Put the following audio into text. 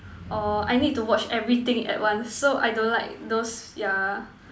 orh I need to watch everything at once so I don't like those yeah